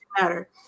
matter